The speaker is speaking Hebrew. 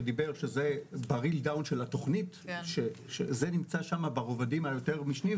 ב"ריל דאון" של התוכנית זה נמצא ברובדים היותר משניים,